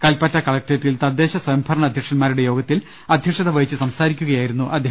കൽപ്പറ്റ കളക്ട്രേറ്റിൽ തദ്ദേശ സ്വയംഭരണ അധ്യക്ഷൻമാരുടെ യോഗത്തിൽ അധ്യക്ഷത വഹിച്ച് സംസാരിക്കുകയായിരുന്നു അദ്ദേഹം